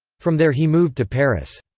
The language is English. from there he moved to paris.